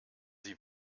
sie